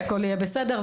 הכול יהיה בסדר,